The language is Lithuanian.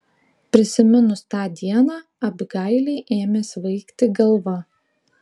prisiminus tą dieną abigailei ėmė svaigti galva